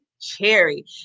Cherry